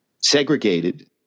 segregated